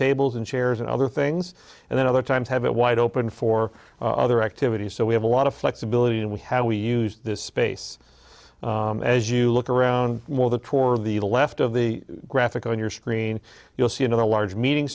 tables and chairs and other things and then other times have it wide open for other activities so we have a lot of flexibility and we have we use this space as you look around more the toward the left of the graphic on your screen you'll see it in a large meeting